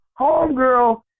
homegirl